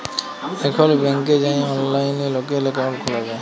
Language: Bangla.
এখল ব্যাংকে যাঁয়ে অললাইলে লকের একাউল্ট খ্যুলা যায়